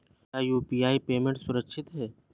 क्या UPI payment सुरक्षित है?